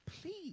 please